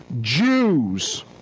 Jews